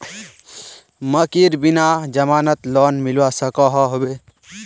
मकईर बिना जमानत लोन मिलवा सकोहो होबे?